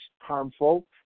harmful